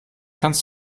kannst